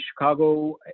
Chicago